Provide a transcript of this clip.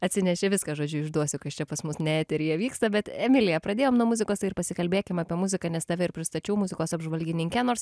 atsinešė viską žodžiu išduosiu kas čia pas mus ne eteryje vyksta bet emilija pradėjom nuo muzikos tai ir pasikalbėkim apie muziką nes tave ir pristačiau muzikos apžvalgininke nors